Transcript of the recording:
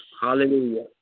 Hallelujah